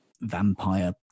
vampire